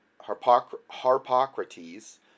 Harpocrates